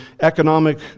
economic